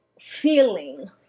feeling